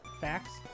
Facts